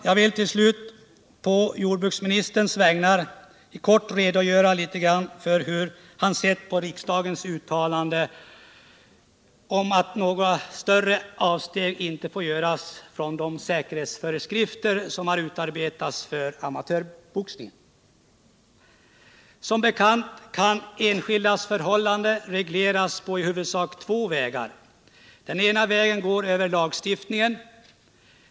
Jag vill till slut på jordbruksministerns vägnar kortfattat redogöra för hur han ser på riksdagens uttalande om att några större avsteg inte får göras från de säkerhetsföreskrifter som har utarbetats för amatörboxningen. Som bekant kan enskildas förhållanden regleras på i huvudsak två vägar. Den ena vägen går över lagstiftningen.